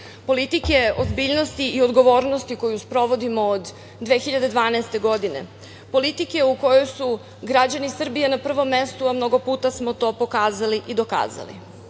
Politike ozbiljnosti i odgovornosti koju sprovodimo od 2012. godine? Politike u kojoj su građani Srbije na prvom mestu a mnogo puta smo to pokazali i dokazali?